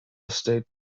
estate